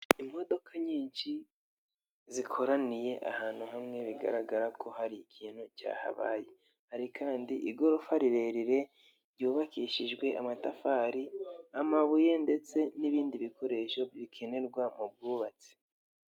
Imodoka nyinshi zikoraniye ahantu hamwe bigaragara ko hari ikintu cyahabaye, hari kandi igorofa rirerire ryubakishijwe amatafari amabuye ndetse n'ibindi bikoresho bikenerwa mu bwubatsi.